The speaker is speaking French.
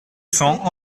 cents